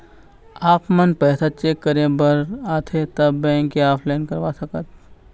आपमन पैसा चेक करे बार आथे ता बैंक या ऑनलाइन करवा सकत?